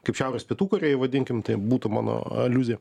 kaip šiaurės pietų korėjoj vadinkim tai būtų mano aliuzija